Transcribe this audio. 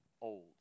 old